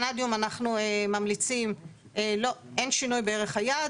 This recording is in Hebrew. אין שינוי בערך היעד.